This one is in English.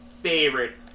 favorite